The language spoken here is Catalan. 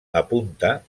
apunta